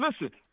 Listen